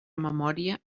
memòria